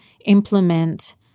implement